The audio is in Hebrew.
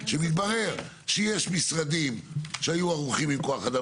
שמתברר שיש משרדים שהיו ערוכים עם כוח אדם